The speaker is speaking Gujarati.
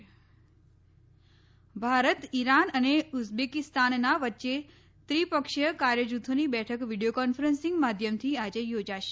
ત ભારત ઇરાન અને ઉઝબેકિસ્તાન ના વચ્ચે ત્રિપક્ષીય કાર્ય જૂથો ની બેઠક વીડિયો કોન્ફરન્સિંગ માધ્યમથી આજે યોજાશે